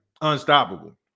unstoppable